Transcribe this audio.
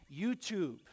YouTube